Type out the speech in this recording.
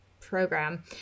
program